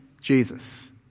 Jesus